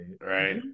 Right